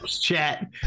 chat